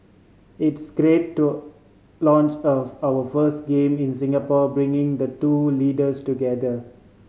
it's great to launch of our first game in Singapore bringing the two leaders together